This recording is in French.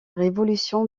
révolution